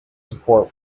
support